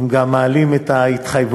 הם גם מעלים את ההתחייבויות,